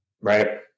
Right